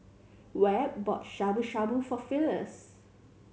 Webb bought Shabu Shabu for Phyliss